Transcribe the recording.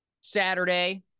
Saturday